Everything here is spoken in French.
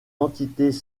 entités